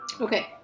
Okay